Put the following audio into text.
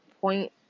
point